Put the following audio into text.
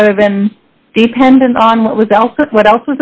rather than dependent on what was else what else